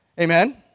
Amen